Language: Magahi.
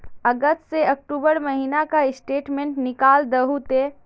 अगस्त से अक्टूबर महीना का स्टेटमेंट निकाल दहु ते?